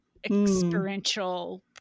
experiential